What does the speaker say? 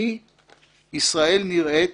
כי ישראל נראית